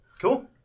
Cool